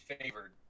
favored